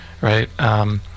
right